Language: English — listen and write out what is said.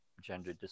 gender